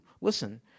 Listen